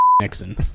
nixon